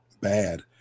bad